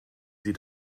sie